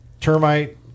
Termite